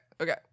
Okay